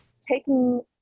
taking